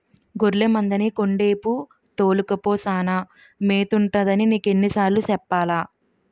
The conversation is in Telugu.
గొర్లె మందని కొండేపు తోలుకపో సానా మేతుంటదని నీకెన్ని సార్లు సెప్పాలా?